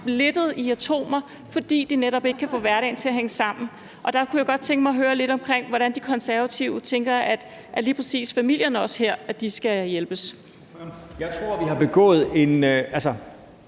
splittede i atomer, fordi de netop ikke kan få hverdagen til at hænge sammen. Der kunne jeg godt tænke mig at høre lidt om, hvordan De Konservative tænker at lige præcis familierne her også skal hjælpes. Kl. 16:09 Første